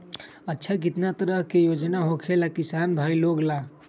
अच्छा कितना तरह के योजना होखेला किसान भाई लोग ला?